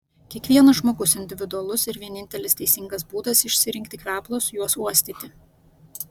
kiekvienas žmogus individualus ir vienintelis teisingas būdas išsirinkti kvepalus juos uostyti